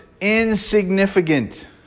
Insignificant